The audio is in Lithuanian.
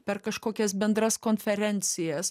per kažkokias bendras konferencijas